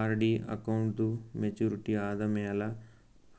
RD ಅಕೌಂಟ್ದೂ maturity ಆದಮ್ಯಾಲ